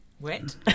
Wet